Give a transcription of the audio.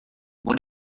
what